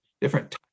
different